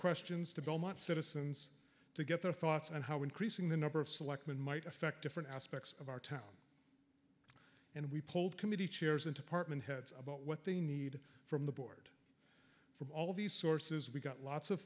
questions to belmont citizens to get their thoughts on how increasing the number of selectmen might affect different aspects of our town and we pulled committee chairs and department heads about what they need from the board from all of these sources we got lots of